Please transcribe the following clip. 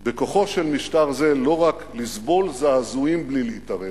"בכוחו של משטר זה לא רק לסבול זעזועים בלי להתערב,